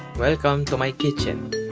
welcome to my kitchen